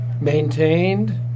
maintained